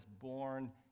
born